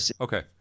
okay